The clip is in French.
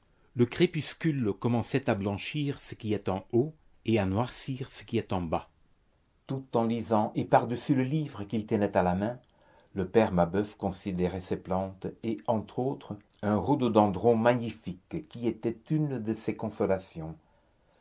le crépuscule commençait à blanchir ce qui est en haut et à noircir ce qui est en bas tout en lisant et par-dessus le livre qu'il tenait à la main le père mabeuf considérait ses plantes et entre autres un rhododendron magnifique qui était une de ses consolations